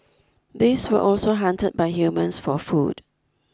these were also hunted by humans for food